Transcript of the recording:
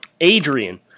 Adrian